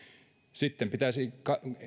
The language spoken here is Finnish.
sitten pitäisi